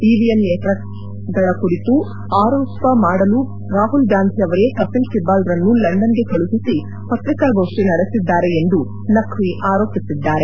EVM ಯಂತ್ರಗಳ ಕುರಿತು ಆರೋಪ ಮಾಡಲು ರಾಹುಲ್ ಗಾಂಧಿ ಅವರೇ ಕಪಿಲ್ ಸಿಬಲ್ರನ್ನು ಲಂಡನ್ಗೆ ಕಳುಹಿಸಿ ಪತ್ರಿಕಾ ಗೋಷ್ಠಿ ನಡೆಸಿದ್ದಾರೆ ಎಂದು ನಕ್ಷಿ ಆರೋಪಿಸಿದ್ದಾರೆ